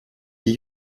die